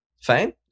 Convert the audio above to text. Fine